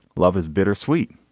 love is bittersweet.